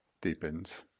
deepens